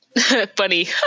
funny